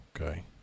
okay